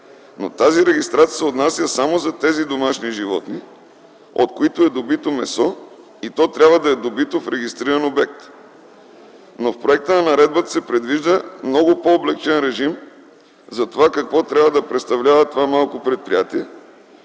но тази регистрация се отнася само за тези домашни животни, от които е добито месо и то трябва да е добито в регистриран обект, но в проекта на наредбата се предвижда много по-облекчен режим за това какво трябва да представлява това малко предприятие,